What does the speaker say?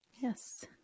Yes